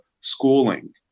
schooling